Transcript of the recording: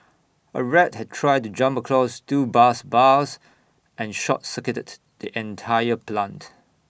A rat had tried to jump across two bus bars and short circuited the entire plant